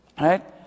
Right